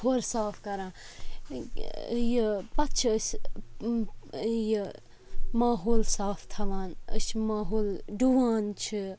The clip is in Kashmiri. کھۄر صاف کَران یہِ پَتہٕ چھِ أسۍ یہِ ماحول صاف تھاوان أسۍ چھِ ماحول ڈُوان چھِ